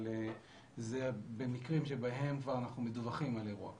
אבל זה במקרים שבהם אנחנו כבר מדווחים על אירוע כזה.